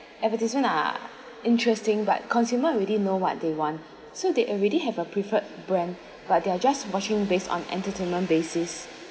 advertisement are interesting but consumer we didn't know what they want so they already have a preferred brand but they're just watching based on entertainment basis